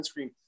sunscreen